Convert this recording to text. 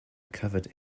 covered